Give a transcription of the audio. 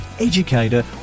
educator